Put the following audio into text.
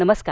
नमस्कार